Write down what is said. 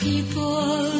People